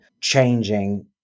changing